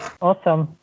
Awesome